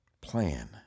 plan